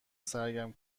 سرگرم